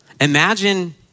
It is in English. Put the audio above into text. Imagine